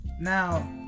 now